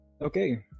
Okay